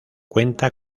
cuenta